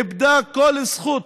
איבדה כל זכות